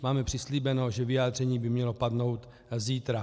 Máme přislíbeno, že vyjádření by mělo padnout zítra.